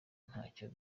ntacyo